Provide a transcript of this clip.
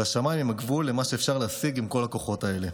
והשמיים הם הגבול למה שאפשר להשיג עם כל הכוחות האלה.